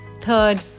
Third